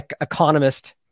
Economist